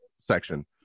section